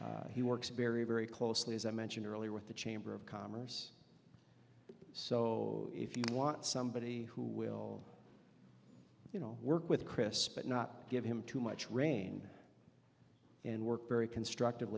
scenes he works very very closely as i mentioned earlier with the chamber of commerce so if you want somebody who will you know work with chris but not give him too much rain in work very constructive